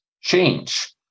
change